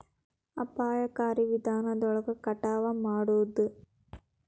ಅಪಾಯಕಾರಿ ವಿಧಾನದೊಳಗ ಕಟಾವ ಮಾಡುದ